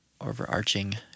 overarching